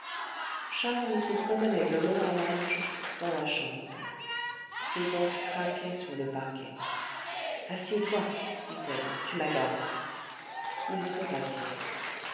charles se promenait de long en large dans la chambre ses bottes craquaient sur le parquet assieds-toi dit-elle tu m'agaces il se